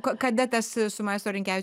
ko kada tas su maestro rinkevič